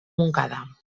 montcada